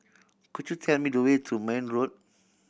could you tell me the way to Marne Road